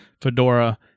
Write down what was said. Fedora